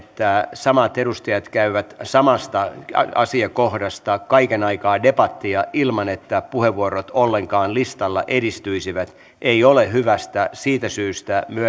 samat edustajat käyvät samasta asiakohdasta kaiken aikaa debattia ilman että puheenvuorot ollenkaan listalla edistyisivät ei ole hyvästä siitä syystä